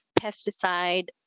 pesticide